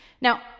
Now